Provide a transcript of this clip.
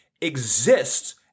exists